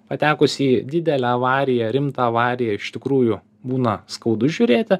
patekus į didelę avariją rimtą avariją ir iš tikrųjų būna skaudu žiūrėti